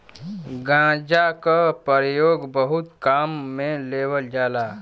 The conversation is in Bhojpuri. गांजा क परयोग बहुत काम में लेवल जाला